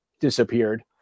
disappeared